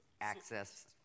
access